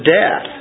death